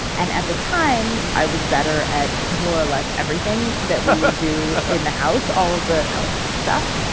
and at the time, i was better at, more or less, everything that we do in the house all of the house stuff.